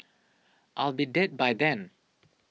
I'll be dead by then